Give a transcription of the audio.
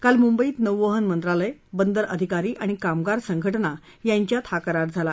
काल मुंबईमध्ये नौवहन मंत्रालय बंदर अधिकारी आणि कामगार संघटना यांच्यात हा करार झाला